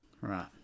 Right